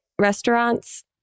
Restaurants